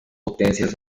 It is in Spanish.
potencias